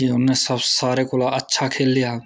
उ'न्ने सारें कोला अच्छा खे'ल्लेआ